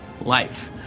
life